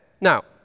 Now